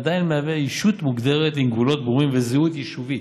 עדיין הוא ישות מוגדרת עם גבולות ברורים וזהות יישובית.